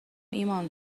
ایمان